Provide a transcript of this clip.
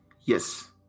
yes